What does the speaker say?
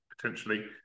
potentially